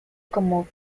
como